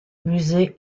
musée